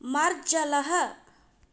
मार्जालः